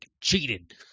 cheated